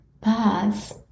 pass